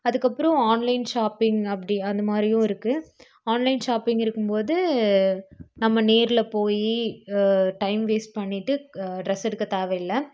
அதுக்கப்புறம் online shopping அப்படி அந்த மாதிரியும் இருக்கு ஆன்லைன் ஷாப்பிங் இருக்கும்போது நம்ம நேரில் போய் டைம் வேஸ்ட் பண்ணிகிட்டு க டிரெஸ் எடுக்க தேவையில்லை